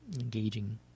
engaging